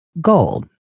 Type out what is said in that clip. gold